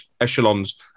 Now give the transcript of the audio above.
echelons